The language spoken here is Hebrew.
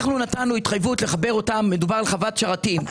אנחנו נתנו התחייבות לחבר אותם מדובר על חוות שרתים.